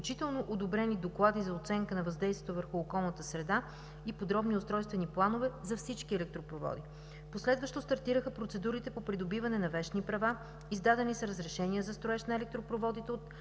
включително одобрени доклади за оценка на въздействието върху околната среда и подробни устройствени планове за всички електропроводи. Последващо стартираха процедурите по придобиване на вещни права. Издадени са разрешения за строеж на електропроводите от